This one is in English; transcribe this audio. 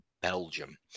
Belgium